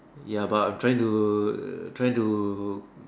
ya but I'm trying to trying to